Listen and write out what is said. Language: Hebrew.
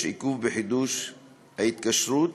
יש עיכוב בחידוש ההתקשרות,